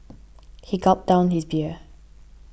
he gulped down his beer